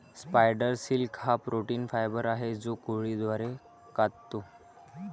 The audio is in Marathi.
स्पायडर सिल्क हा प्रोटीन फायबर आहे जो कोळी द्वारे काततो